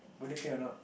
whether can or not